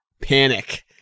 panic